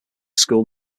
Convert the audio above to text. school